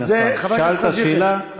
שאלת שאלה,